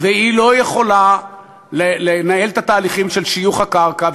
והיא לא יכולה לנהל את התהליכים של שיוך הקרקע,